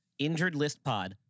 InjuredListPod